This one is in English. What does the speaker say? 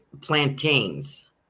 plantains